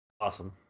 Awesome